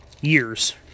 years